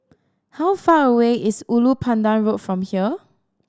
how far away is Ulu Pandan Road from here